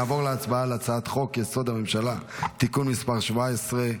נעבור להצבעה על הצעת חוק-יסוד: הממשלה (תיקון מספר 17)